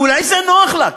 אולי זה נוח לה,